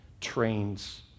trains